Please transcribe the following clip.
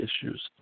issues